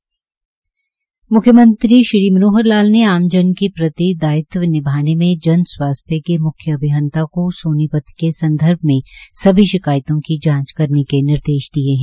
म्ख्यमंत्री मनोहर लाल ने आम जन के प्रति दायित्व निभाने में जन स्वास्थ्य के म्ख्य अभियंता को सोनीपत के सदंर्भ में सभी शिकायतों की जांच करने के निर्देश दिए है